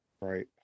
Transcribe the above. Right